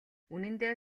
үнэндээ